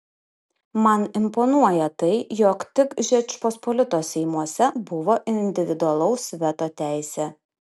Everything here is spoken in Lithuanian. man imponuoja tai jog tik žečpospolitos seimuose buvo individualaus veto teisė